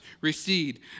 recede